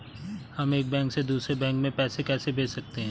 हम एक बैंक से दूसरे बैंक में पैसे कैसे भेज सकते हैं?